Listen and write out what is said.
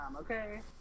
Okay